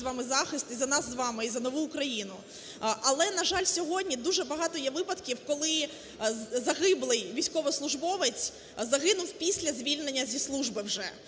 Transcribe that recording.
з вами захист і за нас з вами, і за нову Україну. Але, на жаль, сьогодні дуже багато є випадків, коли загиблий військовослужбовець загинув після звільнення зі служби вже.